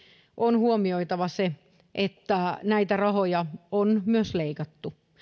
on huomioitava se että näitä rahoja on myös leikattu